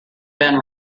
been